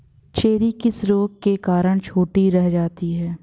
Cherry किस रोग के कारण छोटी रह जाती है?